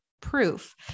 proof